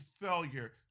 failure